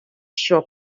щоб